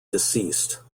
deceased